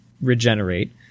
regenerate